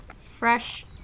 fresh